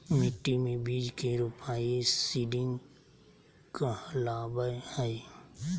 मिट्टी मे बीज के रोपाई सीडिंग कहलावय हय